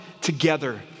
together